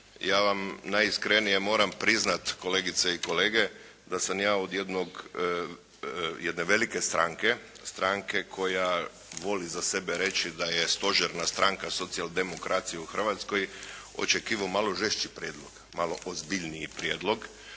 ja vam najiskrenije moram priznati, kolegice i kolege, da sam ja od jednog, jedne velike stranke, stranke koja voli za sebe reći da je stožerna stranka socijal-demokracije u Hrvatskoj, očekivao malo žešći prijedlog, malo ozbiljniji prijedlog.